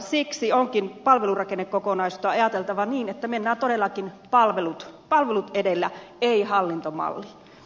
siksi onkin palvelurakennekokonaisuutta ajateltava niin että mennään todellakin palvelut edellä ei hallintomalli